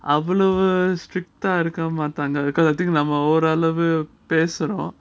அவ்ளோ:avlo strict இருக்க மாட்டாங்க நம்ம ஓரளவு பேசுறோம்:irukamatanga namma oralavu pesurom